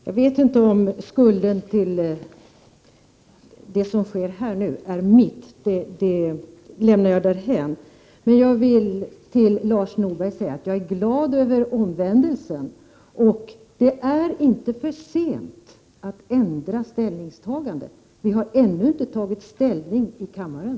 Herr talman! Jag vet inte om skulden till det som sker nu är min. Det lämnar jag därhän. Men jag vill till Lars Norberg säga att jag är glad över omvändelsen, och det är inte för sent att ändra sitt ställningstagande. Vi har ännu inte tagit ställning i kammaren.